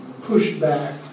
pushback